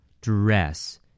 Dress